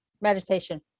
Meditation